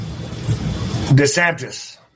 DeSantis